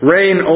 Rain